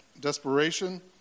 desperation